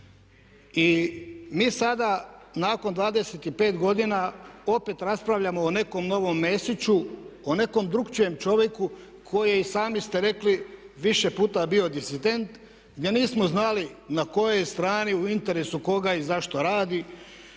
i mi sada nakon 25 godina opet raspravljamo o nekom novom Mesiću, o nekom drukčijem čovjeku koji je i sami ste rekli više puta bio disident, gdje nismo znali na kojoj je strani u interesu koga i zašto radi,